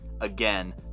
again